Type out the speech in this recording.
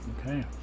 Okay